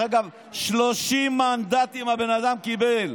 30 מנדטים הבן אדם קיבל.